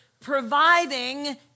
providing